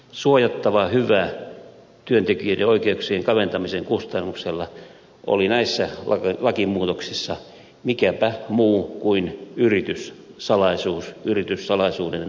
suojattava hyvä työntekijöiden oikeuksien kaventamisen kustannuksella oli näissä lakimuutoksissa mikäpä muu kuin yrityssalaisuuden suojaaminen